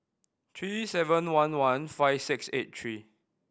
three seven one one five six eight three